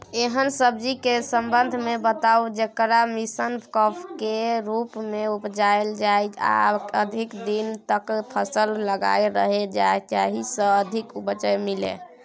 एहन सब्जी के संबंध मे बताऊ जेकरा मिक्स क्रॉप के रूप मे उपजायल जाय आ अधिक दिन तक फसल लागल रहे जाहि स अधिक उपज मिले?